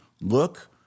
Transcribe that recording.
look